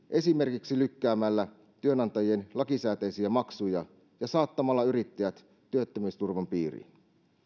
esimerkiksi lykkäämällä työnantajien lakisääteisiä maksuja ja saattamalla yrittäjät työttömyysturvan piiriin